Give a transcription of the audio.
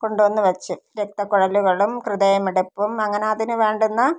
കൊണ്ടുവന്ന് വെച്ച് രക്തക്കുഴലുകളും ഹൃദയമിടിപ്പും അങ്ങനെ അതിന് വേണ്ടുന്ന